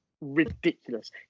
ridiculous